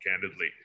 candidly